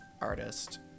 artist